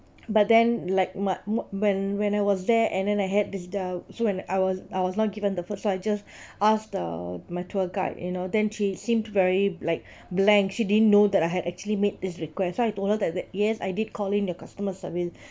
but then like my when when I was there and then I had this doubt so when I was I was not given the first so I just ask the my tour guide you know then she seemed very like blank she didn't know that I had actually made this request so I told her that the yes I did call in the customer service